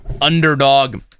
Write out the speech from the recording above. underdog